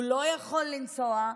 הוא לא יכול לנסוע,